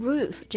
Ruth